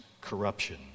corruption